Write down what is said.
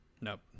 Nope